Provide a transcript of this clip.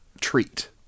treat